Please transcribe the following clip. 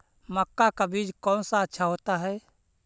मक्का का बीज कौन सा अच्छा होता है?